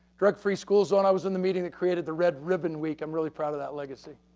drug free schools so and i was in the meeting that created the red ribbon week. i'm really proud of that legacy.